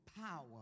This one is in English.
power